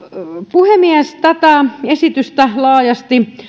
puhemies tätä esitystä laajasti